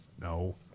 No